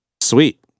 Sweet